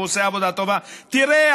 והוא עושה עבודה טובה: תראה,